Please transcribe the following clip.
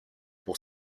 pour